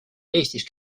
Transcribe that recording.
eestis